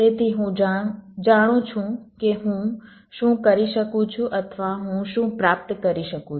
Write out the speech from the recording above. તેથી હું જાણું છું કે હું શું કરી શકું છું અથવા હું શું પ્રાપ્ત કરી શકું છું